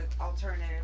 alternative